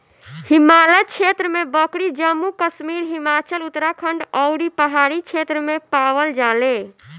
हिमालय क्षेत्र में बकरी जम्मू कश्मीर, हिमाचल, उत्तराखंड अउरी पहाड़ी क्षेत्र में पावल जाले